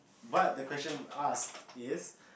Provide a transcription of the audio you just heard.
but the question ask is